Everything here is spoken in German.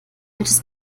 welches